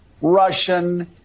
Russian